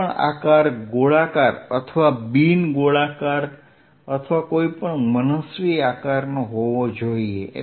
કોઈપણ આકાર ગોળાકાર અથવા બિન ગોળાકાર અથવા કોઈપણ મનસ્વી આકારનો હોવો જોઈએ